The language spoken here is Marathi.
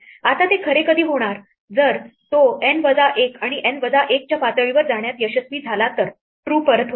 आता ते खरे कधी होणार जर तो N वजा 1 आणि N वजा 1 च्या पातळीवर जाण्यात यशस्वी झाला तर true परत होईल